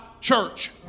church